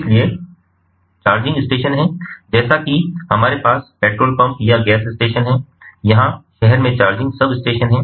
इसलिए charging station हैं जैसेकि हमारे पास पेट्रोल पंप या गैस स्टेशन हैं यहाँ शहर में चार्जिंग सबस्टेशन हैं